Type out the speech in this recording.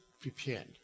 prepared